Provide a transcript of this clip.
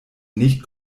nicht